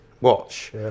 watch